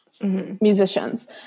musicians